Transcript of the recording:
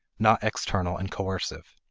not external and coercive.